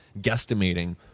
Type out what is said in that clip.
guesstimating